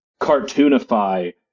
cartoonify